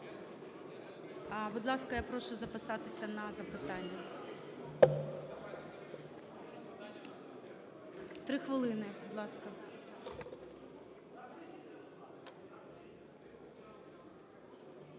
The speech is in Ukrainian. Будь ласка, я прошу записатися на запитання. 3 хвилини, будь ласка.